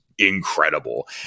Incredible